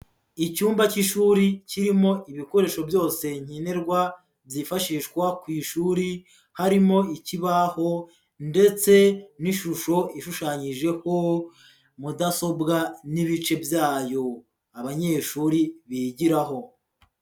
Icyumba cy'ishuri kirimo ibikoresho byose nkenerwa byifashishwa ku ishuri, harimo ikibaho ndetse n'ishusho ishushanyijeho mudasobwa n'ibice byayo abanyeshuri bigiraho.